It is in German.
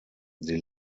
sie